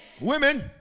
Women